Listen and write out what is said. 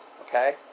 okay